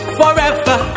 forever